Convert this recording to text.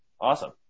Awesome